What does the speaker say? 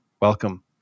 Welcome